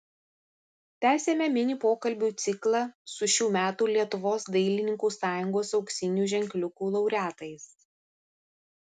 tęsiame mini pokalbių ciklą su šių metų lietuvos dailininkų sąjungos auksinių ženkliukų laureatais